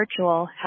virtual